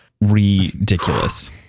ridiculous